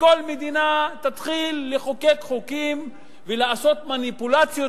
וכל מדינה תתחיל לחוקק חוקים ולעשות מניפולציות,